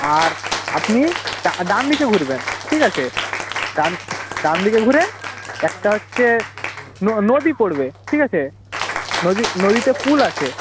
আর আপনি ডানদিকে ঘুরবেন ঠিক আছে ডানদিকে ঘুরে একটা হচ্ছে নদী পড়বে ঠিক আছে নদী নদীতে পুল আছে